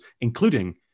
including